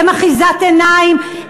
הם אחיזת עיניים,